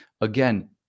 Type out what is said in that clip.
again